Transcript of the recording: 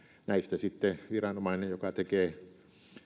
näistä sitten viranomainen joka tekee